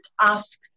asked